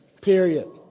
Period